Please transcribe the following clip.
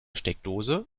steckdose